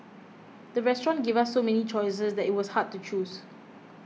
the restaurant gave so many choices that it was hard to choose